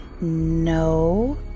No